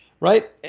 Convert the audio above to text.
right